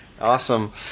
Awesome